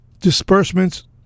disbursements